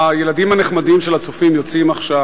הילדים הנחמדים של "הצופים" יוצאים עכשיו,